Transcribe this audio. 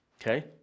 okay